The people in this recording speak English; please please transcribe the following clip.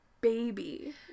baby